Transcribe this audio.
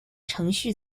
程序